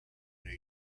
new